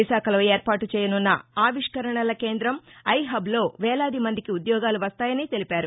విశాఖలో ఏర్పాటుచేయనున్న ఆవిష్కరణల కేందం ఐహబ్ లో వేలాది మందికి ఉద్యోగాలు వస్తాయని తెలిపారు